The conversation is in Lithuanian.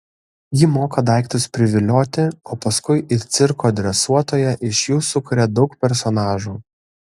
ji moka daiktus privilioti o paskui it cirko dresuotoja iš jų sukuria daug personažų